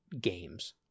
games